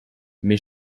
mes